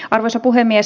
arvoisa puhemies